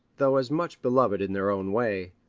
though as much beloved in their own way.